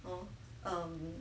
hor um